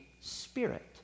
Spirit